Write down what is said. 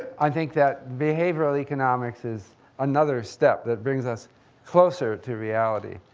i think that behavioral economics is another step that brings us closer to reality.